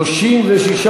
התשע"ג 2013, נתקבלה.